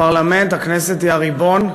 הפרלמנט, הכנסת היא הריבון.